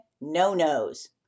no-nos